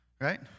right